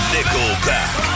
Nickelback